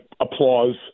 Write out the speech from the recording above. applause